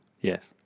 yes